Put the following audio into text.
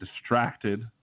distracted